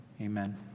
Amen